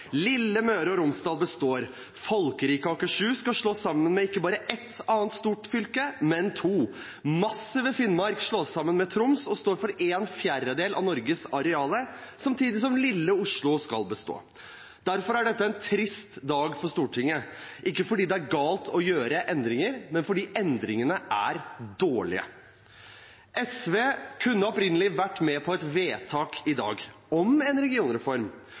Lille Møre og Romsdal består, folkerike Akershus skal slås sammen med ikke bare ett annet stort fylke, men to. Massive Finnmark slås sammen med Troms og står for en fjerdedel av Norges areal, samtidig som lille Oslo skal bestå. Derfor er dette en trist dag for Stortinget. Ikke fordi det er galt å gjøre endringer, men fordi endringene er dårlige. SV kunne opprinnelig vært med på et vedtak i dag – om en regionreform